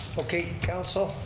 okay, council,